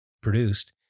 produced